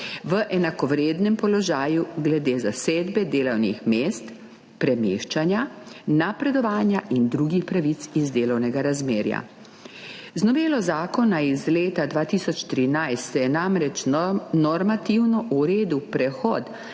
v enakovrednem položaju glede zasedbe delovnih mest, premeščanja, napredovanja in drugih pravic iz delovnega razmerja. Z novelo zakona iz leta 2013 se je namreč normativno uredil prehod